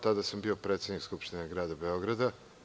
Tada sam bio predsednik Skupštine Grada Beograda.